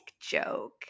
joke